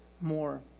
more